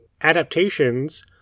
Adaptations